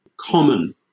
common